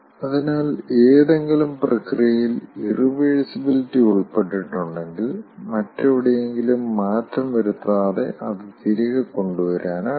അതിനാൽ ഏതെങ്കിലും പ്രക്രിയയിൽ ഇറിവേഴ്സിബിലിറ്റി ഉൾപ്പെട്ടിട്ടുണ്ടെങ്കിൽ മറ്റെവിടെയെങ്കിലും മാറ്റം വരുത്താതെ അത് തിരികെ കൊണ്ടുവരാനാകില്ല